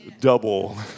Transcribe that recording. Double